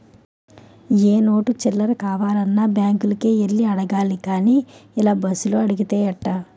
ఏ note చిల్లర కావాలన్నా బాంకులకే యెల్లి అడగాలి గానీ ఇలా బస్సులో అడిగితే ఎట్టా